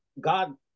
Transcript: God